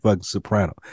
Soprano